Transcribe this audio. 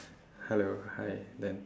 hello hi then